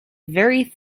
very